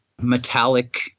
metallic